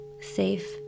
safe